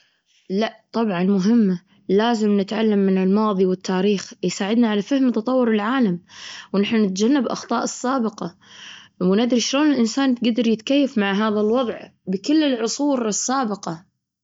أي، طبعا له فوائد مثل تحزين-تحسين الذاكرة وتنمية اللغة عند الأطفال، لكن مو ضروري للجميع. ممكن يخلوه خيار بدل ما يكون فرض، مع أنه مهم للأطفال وأنه يساعد على تنمية ذكائهم. ولكن هذا مو ضغط عليهم، ما يأتي-ما يأتي بالإجبار، يأتي بالتشجيع.